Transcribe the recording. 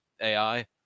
ai